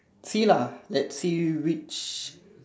see lah let's see which